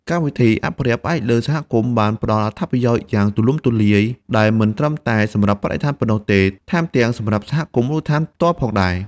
កម្មវិធីអភិរក្សផ្អែកលើសហគមន៍បានផ្ដល់អត្ថប្រយោជន៍យ៉ាងទូលំទូលាយ ដែលមិនត្រឹមតែសម្រាប់បរិស្ថានប៉ុណ្ណោះទេ ថែមទាំងសម្រាប់សហគមន៍មូលដ្ឋានផ្ទាល់ផងដែរ។